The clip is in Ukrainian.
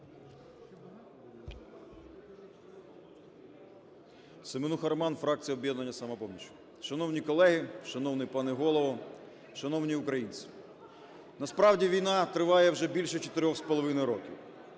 Семенуха Роман, фракція "Об'єднання "Самопоміч". Шановні колеги! Шановний пане Голово! Шановні українці! Насправді війна триває вже більше 4,5 років,